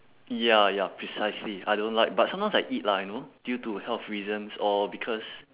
ya ya precisely I don't like but sometimes I eat lah you know due to health reasons or because